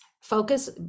focus